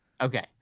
Okay